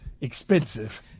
expensive